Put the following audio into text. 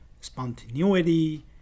spontaneity